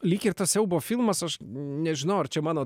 lyg ir tas siaubo filmas aš nežinau ar čia mano